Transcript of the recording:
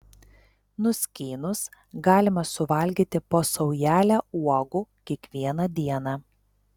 nuskynus galima suvalgyti po saujelę uogų kiekvieną dieną